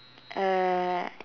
uh